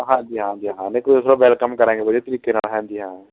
ਹਾਂਜੀ ਹਾਂਜੀ ਹਾਂ ਬਿਲਕੁਲ ਤੁਹਾਡਾ ਵੈਲਕਮ ਕਰਾਂਗੇ ਵਧੀਆ ਤਰੀਕੇ ਨਾਲ ਹਾਂਜੀ ਹਾਂ